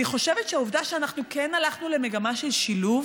אני חושבת שהעובדה שאנחנו כן הלכנו למגמה של שילוב